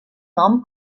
nom